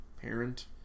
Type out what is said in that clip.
parent